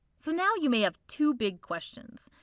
so now you may have two big questions.